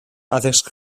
addysg